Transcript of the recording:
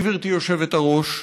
גברתי היושבת-ראש,